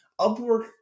Upwork